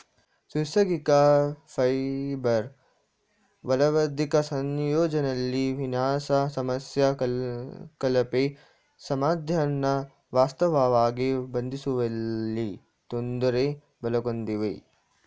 ನೈಸರ್ಗಿಕ ಫೈಬರ್ ಬಲವರ್ಧಿತ ಸಂಯೋಜನೆಲಿ ವಿನ್ಯಾಸ ಸಮಸ್ಯೆ ಕಳಪೆ ಸಾಮರ್ಥ್ಯನ ವಾಸ್ತವವಾಗಿ ಬಂಧಿಸುವಲ್ಲಿ ತೊಂದರೆ ಒಳಗೊಂಡಿವೆ